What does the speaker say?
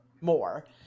more